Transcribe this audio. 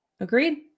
Agreed